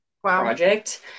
project